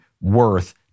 worth